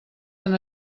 han